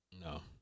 No